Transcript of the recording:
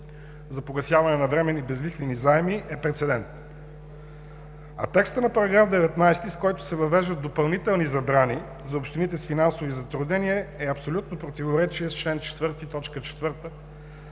за погасяване на временни безлихвени заеми е прецедент. Текстът на § 19, с който се въвеждат допълнителни забрани за общините с финансови затруднения, е в абсолютно противоречие с чл. 4,